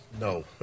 No